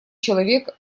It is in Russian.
человек